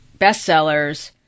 bestsellers